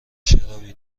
شرابی